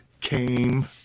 came